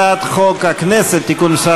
חוק הכנסת (תיקון מס'